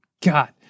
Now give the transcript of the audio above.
God